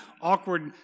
awkward